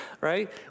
right